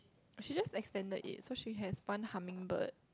she just extended it so she has one hummingbird